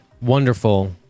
wonderful